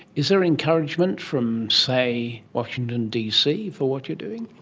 is there encouragement from, say, washington dc for what you're doing?